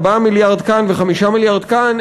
4 מיליארד כאן ו-5 מיליארד כאן,